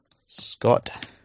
Scott